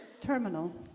terminal